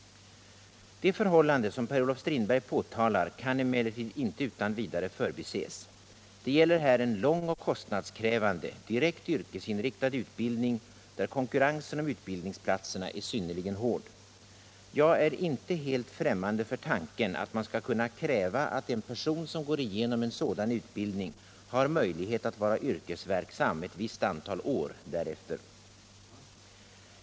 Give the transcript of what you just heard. Det förhållande som Per-Olof Strindberg påtalar kan emellertid inte utan vidare förbises. Det gäller här en lång och kostnadskrävande, direkt yrkesinriktad utbildning, där konkurrensen om utbildningsplatserna är synnerligen hård. Jag är inte helt främmande för tanken att man skall kunna kräva att en person som går igenom en sådan utbildning har möjlighet att vara yrkesverksam ett visst antal år därefter.